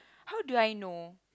how do I know